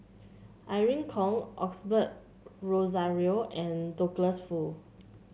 Irene Khong Osbert Rozario and Douglas Foo